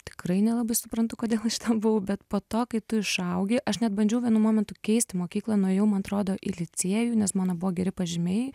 tikrai nelabai suprantu kodėl aš ten buvau bet po to kai tu išaugi aš net bandžiau vienu momentu keist mokyklą nuėjau man atrodo į licėjų nes mano buvo geri pažymiai